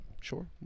Sure